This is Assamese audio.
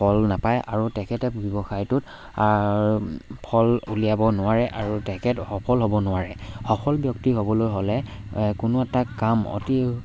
ফল নাপায় আৰু তেখেতে ব্যৱসায়টোত ফল উলিয়াব নোৱাৰে আৰু তেখেত সফল হ'ব নোৱাৰে সফল ব্যক্তি হ'বলৈ হ'লে কোনো এটা কাম অতি